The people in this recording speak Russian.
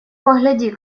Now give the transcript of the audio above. погляди